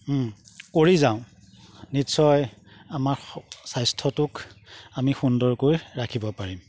কৰি যাওঁ নিশ্চয় আমাৰ স্বাস্থ্যটোক আমি সুন্দৰকৈ ৰাখিব পাৰিম